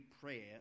prayer